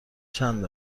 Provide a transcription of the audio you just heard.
چند